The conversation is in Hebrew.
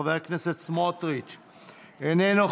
חבר הכנסת סמוטריץ' איננו,